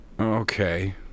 Okay